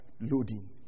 loading